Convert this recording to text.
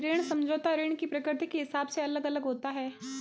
ऋण समझौता ऋण की प्रकृति के हिसाब से अलग अलग होता है